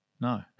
no